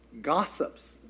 Gossips